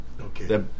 Okay